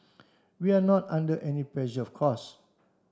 we are not under any pressure of course